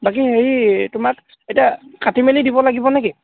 বাকী হেৰি তোমাক এতিয়া কাটি মেলি দিব লাগিব নে কি